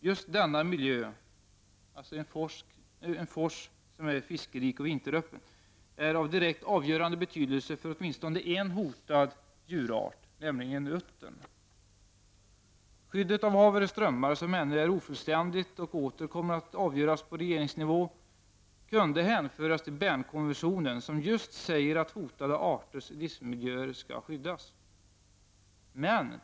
Just denna miljö är av direkt avgörande betydelse för åtminstone en hotad djurart, nämligen uttern. Skyddet av Haverö strömmar, som ännu är ofullständigt och åter kommer att avgöras på regeringsnivå, kunde hänföras till Bernkonventionen, som just säger att hotade arters livsmiljöer skall skyddas.